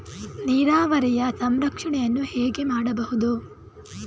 ನೀರಾವರಿಯ ಸಂರಕ್ಷಣೆಯನ್ನು ಹೇಗೆ ಮಾಡಬಹುದು?